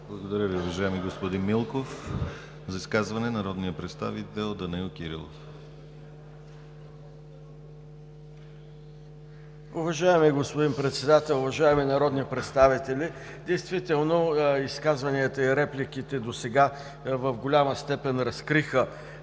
Благодаря Ви, уважаеми господин Милков. За изказване – народният представител Данаил Кирилов. ДОКЛАДЧИК ДАНАИЛ КИРИЛОВ: Уважаеми господин Председател, уважаеми народни представители! Действително изказванията и репликите досега в голяма степен разкриха